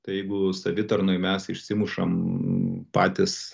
tai jeigu savitarnoj mes išsimušam patys